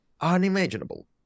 unimaginable